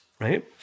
right